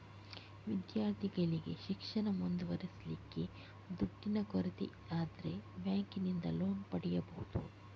ವಿದ್ಯಾರ್ಥಿಗಳಿಗೆ ಶಿಕ್ಷಣ ಮುಂದುವರಿಸ್ಲಿಕ್ಕೆ ದುಡ್ಡಿನ ಕೊರತೆ ಆದ್ರೆ ಬ್ಯಾಂಕಿನಿಂದ ಲೋನ್ ಪಡೀಬಹುದು